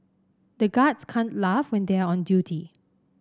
the guards can't laugh when they are on duty